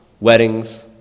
weddings